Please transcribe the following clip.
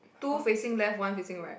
two facing left one facing right